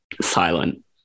silent